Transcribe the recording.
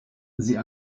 sie